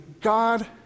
God